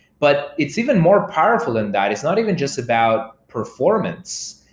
but it's even more powerful than that. it's not even just about performance.